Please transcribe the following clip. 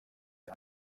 der